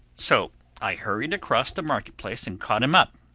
so i hurried across the market-place and caught him up.